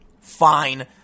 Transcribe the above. Fine